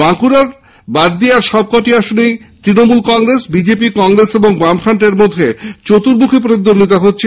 বাঁকুড়া বাদ দিয়ে আর সবকটি আসনেই তৃণমূল কংগ্রেস বিজেপি কংগ্রেস ও বামফ্রন্টের মধ্যে চতুর্মুখী প্রতিদ্বন্দ্বিতা হচ্ছে